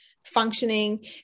functioning